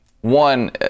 One